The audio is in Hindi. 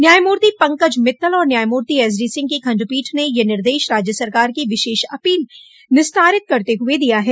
न्यायमूर्ति पंकज मित्तल और न्यायमूर्ति एसडी सिंह की खण्डपीठ ने यह निर्देश राज्य सरकार की विशेष अपील निस्तारित करते हुए दिया है